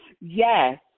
Yes